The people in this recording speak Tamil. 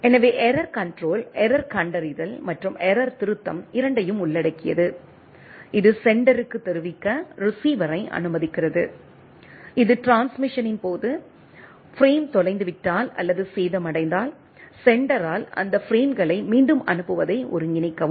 எனவே எரர் கண்ட்ரோல் எரர்க் கண்டறிதல் மற்றும் எரர் திருத்தம் இரண்டையும் உள்ளடக்கியது இது செண்டருக்கு தெரிவிக்க ரிசீவரை அனுமதிக்கிறது இது ட்ரான்ஸ்மிசனின் போது பிரேம் தொலைந்துவிட்டால் அல்லது சேதமடைந்தால் செண்ட்ரால் அந்த பிரேம்களை மீண்டும் அனுப்புவதை ஒருங்கிணைக்கவும்